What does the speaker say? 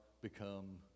become